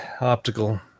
optical